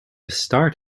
start